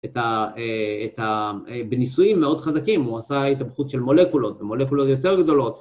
‫בניסויים מאוד חזקים, ‫הוא עשה התהפכות של מולקולות, ‫מולקולות יותר גדולות.